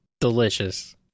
delicious